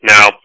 Now